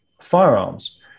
firearms